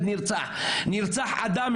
נרצח אדם,